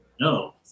No